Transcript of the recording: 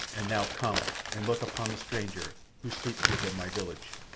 and now come and look upon the stranger, who sleeps within my village.